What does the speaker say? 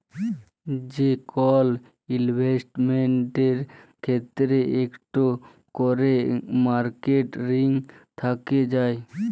যে কল ইলভেসেটমেল্টের ক্ষেত্রে ইকট ক্যরে মার্কেট রিস্ক থ্যাকে যায়